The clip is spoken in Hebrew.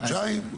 חודשיים.